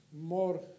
more